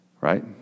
Right